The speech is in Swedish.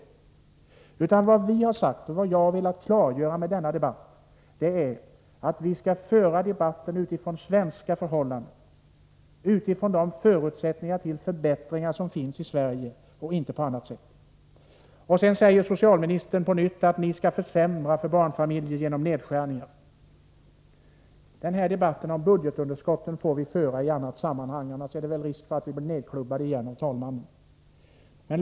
Vad vii vårt parti har sagt och jag har velat klargöra med denna debatt är att vi skall föra debatten med hänsyn till svenska förhållanden, de förutsättningar till förbättringar som finns i Sverige —- inte på annat sätt. Sedan säger socialministern på nytt att vi moderater vill försämra för barnfamiljerna genom nedskärningar. Debatten om budgetunderskotten får vi föra i annat sammanhang. Annars finns det väl risk för att vi blir nedtystade av talmannens klubba igen.